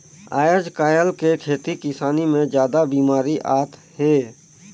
आयज कायल के खेती किसानी मे जादा बिमारी आत हे